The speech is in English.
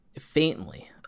faintly